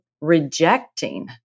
rejecting